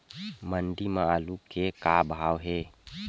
मंडी म आलू के का भाव हे?